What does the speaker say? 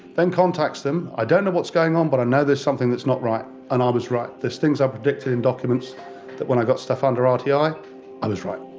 then contacts them. i don't know what's going on, but i know there's something that's not right. and i was right, there's things i predicted in documents that when i got under ah rti. i i was right.